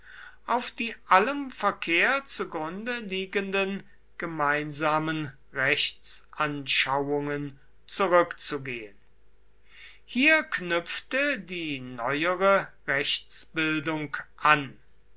auf die allem verkehr zu grunde liegenden gemeinsamen rechtsanschauungen zurückzugehen hier knüpfte die neuere rechtsbildung an